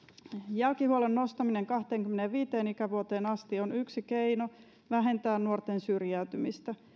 jälkihuollon nostaminen kahteenkymmeneenviiteen ikävuoteen asti on yksi keino vähentää nuorten syrjäytymistä